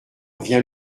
vient